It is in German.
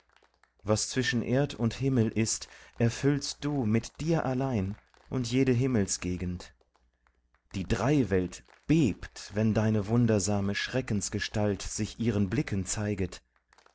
was zwischen erd und himmel ist erfüllst du mit dir allein und jede himmelsgegend die dreiwelt bebt wenn deine wundersame schreckensgestalt sich ihren blicken zeiget